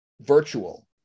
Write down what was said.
virtual